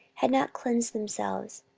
had not cleansed themselves,